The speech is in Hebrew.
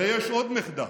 ויש עוד מחדל,